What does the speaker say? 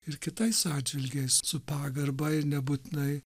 ir kitais atžvilgiais su pagarba ir nebūtinai